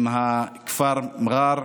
עם כפר מר'אר,